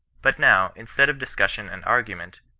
but now, instead of discussion and argument,